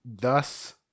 Thus